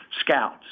scouts